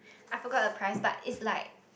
I forgot the price but it's like